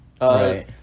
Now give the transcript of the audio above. Right